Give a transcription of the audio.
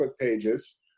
pages